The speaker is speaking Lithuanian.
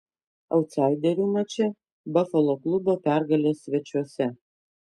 autsaiderių mače bafalo klubo pergalė svečiuose